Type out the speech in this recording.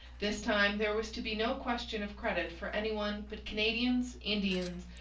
this time there was to be no question of credit for anyone but canadians, indians,